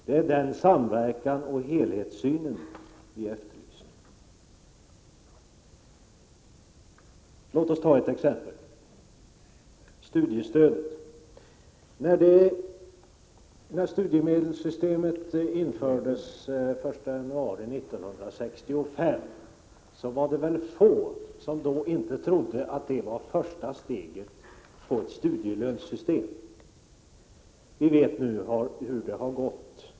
Det är denna samverkan och helhetssyn som vi efterlyser. Låt mig ta studiestödet som exempel. När studiemedelssystemet infördes den 1 januari 1965 var det väl få som då inte trodde att det var första steget mot ett system med studielön. Vi vet nu hur det har gått.